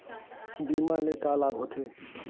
बीमा ले का लाभ होथे?